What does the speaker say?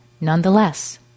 nonetheless